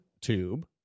tube